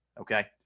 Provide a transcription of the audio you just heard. Okay